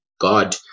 god